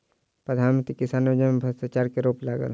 प्रधान मंत्री किसान योजना में भ्रष्टाचार के आरोप लागल